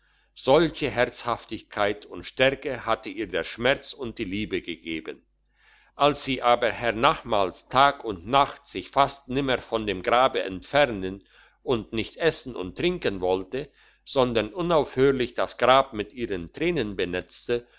solche herzhaftigkeit und stärke hatte ihr der schmerz und die liebe gegeben als sie aber hernachmals tag und nacht sich fast nimmer von dem grabe entfernen und nicht essen und trinken wollte sondern unaufhörlich das grab mit ihren tränen benetzte